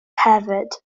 hefyd